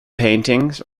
paintings